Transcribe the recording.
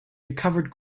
recovered